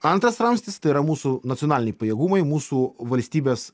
antras ramstis tai yra mūsų nacionaliniai pajėgumai mūsų valstybės